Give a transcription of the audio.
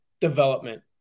development